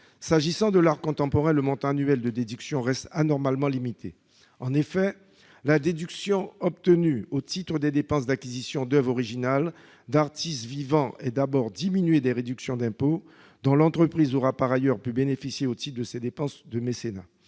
s'agissant de l'art contemporain, le montant annuel de déduction reste anormalement limité. En effet, la déduction obtenue au titre des dépenses d'acquisition d'oeuvres originales d'artistes vivants est d'abord diminuée des réductions d'impôt dont l'entreprise aura par ailleurs pu bénéficier au titre de ses dépenses de mécénat.